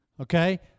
Okay